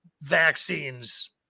vaccines